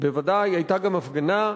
בוודאי, היתה גם הפגנה.